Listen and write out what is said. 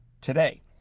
Today